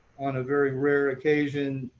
on a very rare occasion,